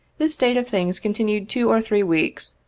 this state of things continued two or three weeks,